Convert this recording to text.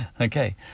Okay